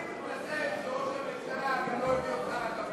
אני, שראש הממשלה, לקבינט.